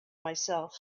myself